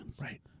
Right